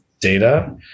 data